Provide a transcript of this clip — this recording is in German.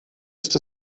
ist